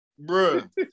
Bruh